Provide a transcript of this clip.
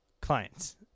clients